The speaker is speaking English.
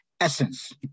essence